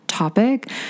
topic